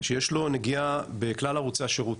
שיש לו נגיעה בכלל ערוצי השירות,